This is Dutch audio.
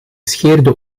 scheerde